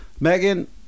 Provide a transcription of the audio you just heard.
Megan